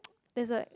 there's like